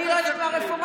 אני לא יודעת מהי רפורמה?